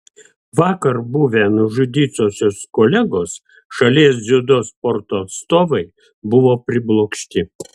vakar buvę nužudytosios kolegos šalies dziudo sporto atstovai buvo priblokšti